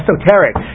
Esoteric